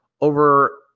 over